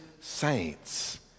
saints